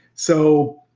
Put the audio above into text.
so,